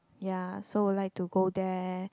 ya so would like to go there